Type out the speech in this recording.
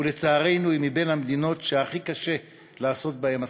ולצערנו היא מן המדינות שהכי קשה לעשות בהן עסקים.